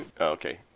okay